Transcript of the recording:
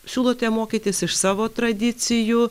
siūlote mokytis iš savo tradicijų